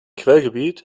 quellgebiet